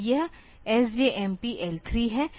तो यह SJMP L3 है